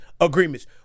agreements